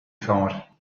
thought